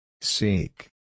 Seek